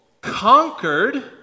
conquered